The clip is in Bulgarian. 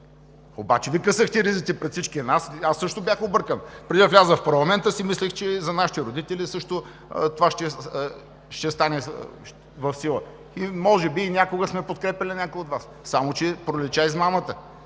Обаче Вие късахте ризите пред всички нас. Аз също бях объркан. Преди да вляза в парламента си мислех, че за нашите родители това ще стане в сила. Може би някога сме подкрепяли и някой от Вас, само че пролича измамата.